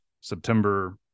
September